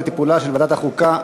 לדיון מוקדם בוועדת החוקה,